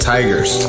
Tigers